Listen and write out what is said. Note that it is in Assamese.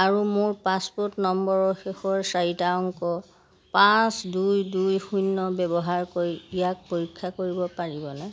আৰু মোৰ পাছপোৰ্ট নম্বৰৰ শেষৰ চাৰিটা অংক পাঁচ দুই দুই শূন্য ব্যৱহাৰ কৰি ইয়াক পৰীক্ষা কৰিব পাৰিবনে